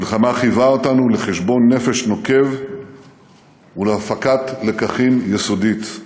המלחמה חייבה אותנו לחשבון נפש נוקב ולהפקת לקחים יסודית.